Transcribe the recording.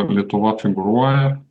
lietuva figūruoja